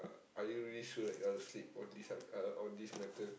uh are you really sure that you want to sleep on this uh on this matter